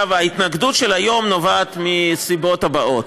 ההתנגדות של היום נובעת מהסיבות האלה: